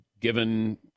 given